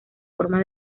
forma